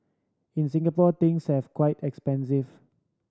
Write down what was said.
in Singapore things have quite expensive